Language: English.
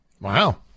Wow